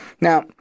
Now